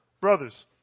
brothers